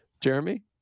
Jeremy